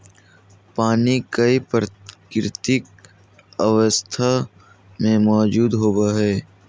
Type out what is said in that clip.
पानी कई प्राकृतिक अवस्था में मौजूद होबो हइ